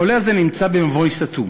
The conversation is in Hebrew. החולה הזה נמצא במבוי סתום,